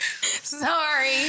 Sorry